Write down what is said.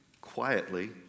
quietly